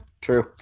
true